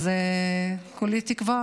אז כולי תקווה,